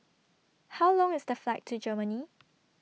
How Long IS The Flight to Germany